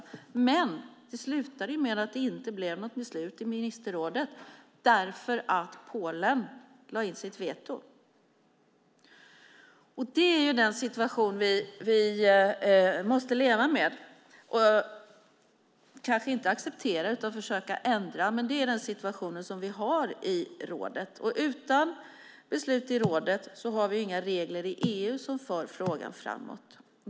Problemet var ju att det slutade med att det inte blev något beslut i ministerrådet därför att Polen lade in sitt veto. Det är den situation vi måste leva med, kanske inte acceptera utan försöka ändra, men det är den situation som vi har i rådet. Utan beslut i rådet har vi inga regler i EU som för frågan framåt.